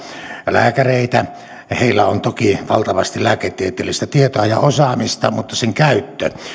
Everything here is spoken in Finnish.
lääkäreitä heillä on toki valtavasti lääketieteellistä tietoa ja osaamista mutta sen käyttö